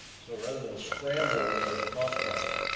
so rather than scramble when there's a cost problem,